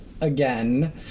again